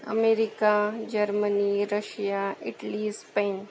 America Germany Russia Italy Spain